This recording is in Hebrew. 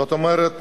זאת אומרת